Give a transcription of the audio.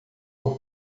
por